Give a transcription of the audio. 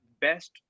best